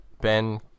Ben –